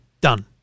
done